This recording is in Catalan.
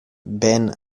ven